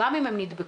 גם אם הם נדבקו,